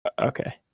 okay